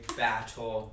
battle